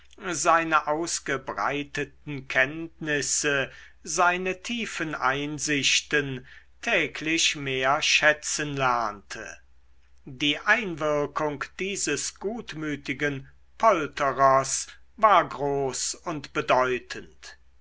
seine ausgebreiteten kenntnisse seine tiefen einsichten täglich mehr schätzen lernte die einwirkung dieses gutmütigen polterers war groß und bedeutend